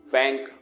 bank